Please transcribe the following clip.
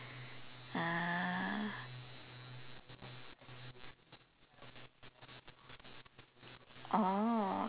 uh oh